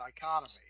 dichotomy